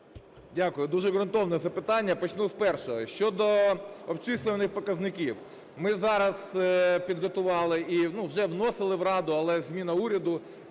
Дякую. Дуже ґрунтовні запитання. Почну з першого. Щодо обчислювальних показників. Ми зараз підготувати, вже вносили в Раду, але зміна уряду,